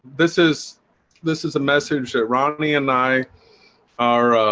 this is this is a message that rodney and i are